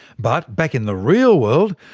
but back in the real world,